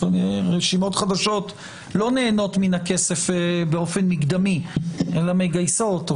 רשימות חדשות לא נהנות מהכסף באופן מקדמי אלא מגייסות או